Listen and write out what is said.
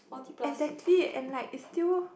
exactly and like is still